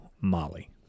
Molly